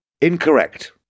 Incorrect